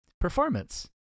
Performance